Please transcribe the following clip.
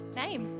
name